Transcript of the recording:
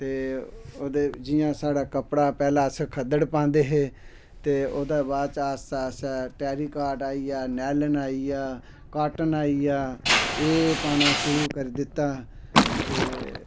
ते जियां साढ़ा कपड़ा पैह्लैं अस खद्दड़ पांदे हे ते ओह्दै बैद च आस्ता आस्ता टैरीकॉक आईया नैलन आईया का'टन आईया एह् पाना शुरु करी दित्ता ते